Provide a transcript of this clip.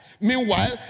Meanwhile